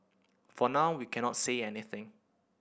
for now we cannot say anything